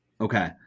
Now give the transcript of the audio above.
Okay